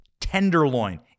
tenderloin